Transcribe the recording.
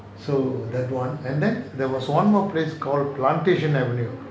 so that [one] and then there was one more place called plantation avenue